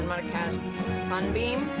um to cast sunbeam,